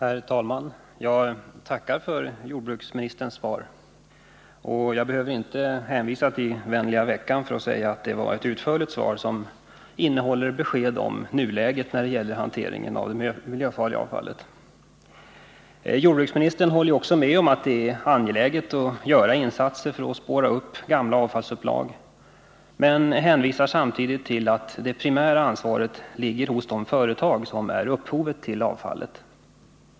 Herr talman! Jag tackar för jordbruksministerns svar. Jag behöver inte hänvisa till ”vänliga veckan” för att säga att det var ett utförligt svar som innehåller besked om nuläget när det gäller hanteringen av det miljöfarliga avfallet. Jordbruksministern håller också med om att det är angeläget att göra insatser för att spåra upp gamla avfallsupplag men hänvisar samtidigt till att det primära ansvaret ligger hos de företag hos vilka avfallet uppkommit.